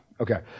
Okay